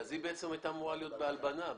היא בעצם הייתה אמורה להיות בהלבנה.